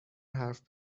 حرف